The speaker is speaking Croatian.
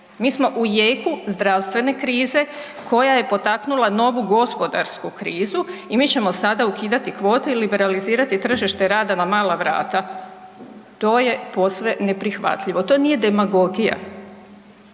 Mi smo u jeku zdravstvene krize koja je potaknula novu gospodarsku krizu i mi ćemo sada ukidati kvote i liberalizirati tržište rada na mala vrata. To je posve neprihvatljivo, to nije demagogija.